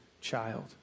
child